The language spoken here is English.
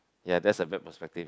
ya that's a bad perspective